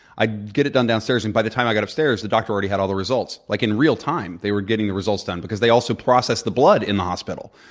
i'd get it done downstairs. and by the time i got upstairs, the doctor already had all of the results. like in real time, they were getting the results done because they also processed the blood in the hospital.